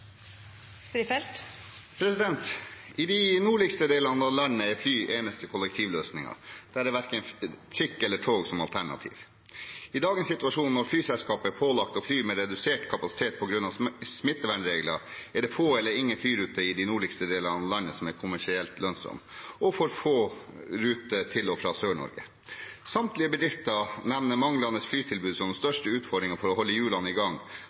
Strifeldt – til oppfølgingsspørsmål. I de nordligste delene av landet er fly den eneste kollektivløsningen. Der er verken trikk eller tog et alternativ. I dagens situasjon, når flyselskap er pålagt å fly med redusert kapasitet på grunn av smittevernregler, er det få eller ingen flyruter i de nordligste delene av landet som er kommersielt lønnsomme. Det er også for få ruter til og fra Sør-Norge. Samtlige bedrifter nevner manglende flytilbud som den største utfordringen for å holde hjulene i gang